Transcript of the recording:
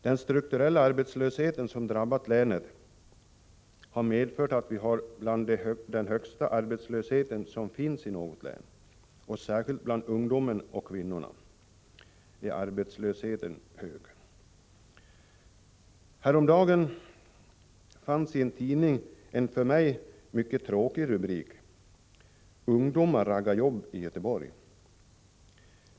Den strukturella arbetslöshet som drabbat länet har medfört att vi har något av den högsta arbetslöshet som finns i något län, och särskilt bland ungdomar och kvinnor är arbetslösheten hög. Häromdagen fanns i en tidning en för mig mycket tråkig rubrik: ”Ungdomar raggar jobb i Göteborg”.